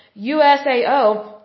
USAO